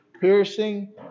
piercing